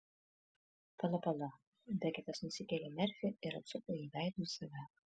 pala pala beketas nusikėlė merfį ir atsuko jį veidu į save